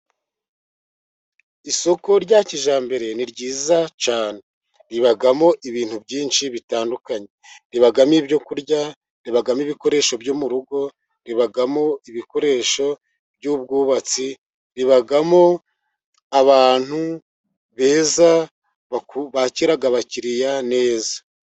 Isoko rya kijyambere ni ryiza cyane ribamo ibintu byinshi bitandukanye, ribamo ibyo kurya, ribamo ibikoresho byo mu rugo, ribamo ibikoresho by'ubwubatse, ribamo abantu beza bakira abakiriya neza.